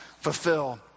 fulfill